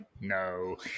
No